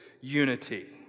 unity